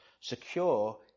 secure